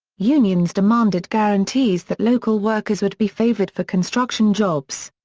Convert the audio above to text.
unions demanded guarantees that local workers would be favored for construction jobs.